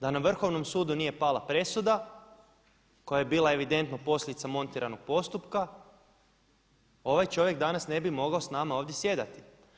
Da na Vrhovnom sudu nije pala presuda koja je bila evidentno posljedica montiranog postupka ovaj čovjek danas ne bi mogao s nama ovdje sjedati.